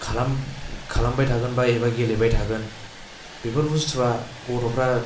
खालामबाय थागोन बा एबा गेलेबाय थागोन बेफोर बुस्तुआ गथ'फ्रा